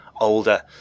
older